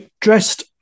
dressed